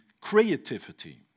creativity